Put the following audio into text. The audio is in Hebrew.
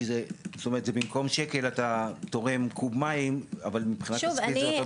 זאת אומרת במקום שקל אתה תורם קוב מים אבל מבחינה כספית זה אותו דבר.